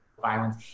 violence